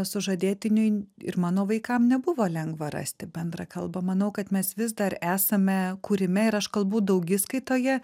sužadėtiniui ir mano vaikam nebuvo lengva rasti bendrą kalbą manau kad mes vis dar esame kūrime ir aš kalbu daugiskaitoje